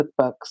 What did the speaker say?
cookbooks